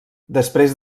després